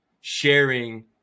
sharing